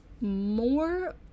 more